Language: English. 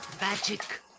magic